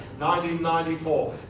1994